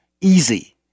easy